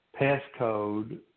passcode